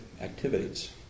activities